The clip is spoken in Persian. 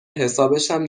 حسابشم